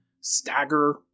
stagger